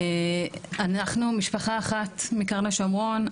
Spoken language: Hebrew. אנחנו משפחה אחת מקרני שומרון,